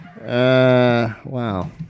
Wow